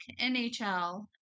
NHL